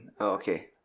Okay